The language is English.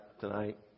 tonight